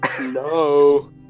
no